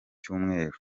cyumweru